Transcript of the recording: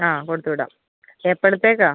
ആ കൊടുത്ത് വിടാം എപ്പോളത്തേക്കാണ്